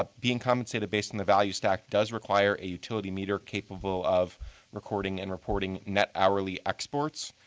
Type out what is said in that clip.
ah being compensated based on the value stack does require a utility meter capable of recording and reporting net hourly exports.